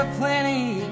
plenty